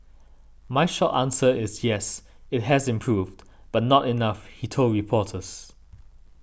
my short answer is yes it has improved but not enough he told reporters